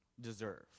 deserve